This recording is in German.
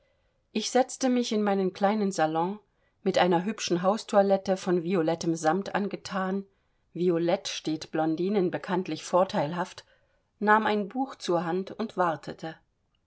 ich setzte mich in meinen kleinen salon mit einer hübschen haustoilette von violettem sammt angethan violett steht blondinen bekanntlich vorteilhaft nahm ein buch zur hand und wartete